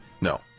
No